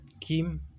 Kim